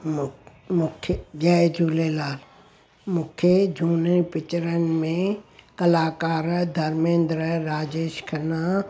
मूं मूंखे जय झूलेलाल मूंखे झूने पिकिचरनि में कलाकार धर्मेंद्र राजेश खन्ना